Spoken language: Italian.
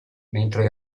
mentre